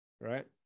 Right